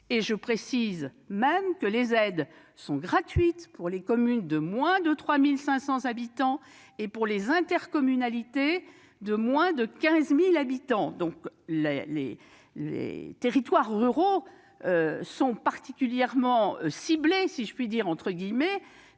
Je précise même que les aides sont gratuites pour les communes de moins de 3 500 habitants et pour les intercommunalités de moins de 15 000 habitants. Les territoires ruraux sont donc particulièrement ciblés, car nous savons bien